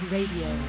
Radio